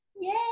Yay